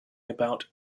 about